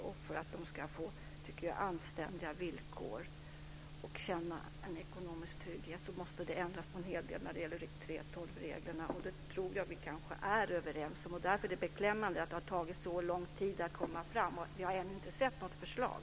Om de ska få anständiga villkor och känna en ekonomisk trygghet måste det ändras på en hel del när det gäller 3:12-reglerna. Det tror jag att vi kanske är överens om. Därför är det beklämmande att det har tagit så lång tid att komma fram och att vi ännu inte har sett något förslag.